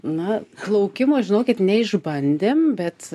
na plaukimo žinokit neišbandėm bet